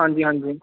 ਹਾਂਜੀ ਹਾਂਜੀ